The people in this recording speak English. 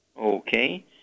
Okay